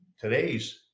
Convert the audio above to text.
today's